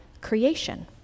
creation